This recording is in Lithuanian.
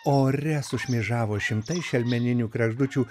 ore sušmėžavo šimtai šelmeninių kregždučių